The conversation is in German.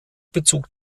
bezug